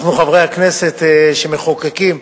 אנחנו חברי הכנסת שמחוקקים,